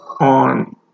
on